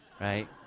right